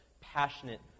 passionate